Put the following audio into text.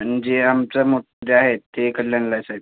म्हणजे आमचं मोठं जे आहेत ते कल्याणला आहे साहेब